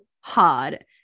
hard